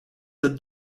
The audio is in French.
date